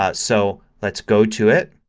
ah so let's go to it.